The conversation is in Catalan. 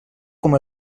com